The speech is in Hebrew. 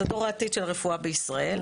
זה דור העתיד של הרפואה בישראל,